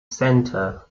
center